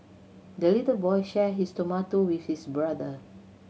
the little boy shared his tomato with his brother